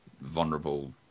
vulnerable